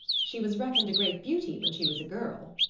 she was reckoned a great beauty when she was a girl,